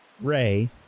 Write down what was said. Ray